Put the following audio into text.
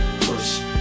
push